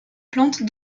plantes